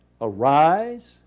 Arise